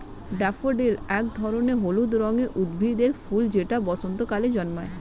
daffodil এক ধরনের হলুদ রঙের উদ্ভিদের ফুল যেটা বসন্তকালে জন্মায়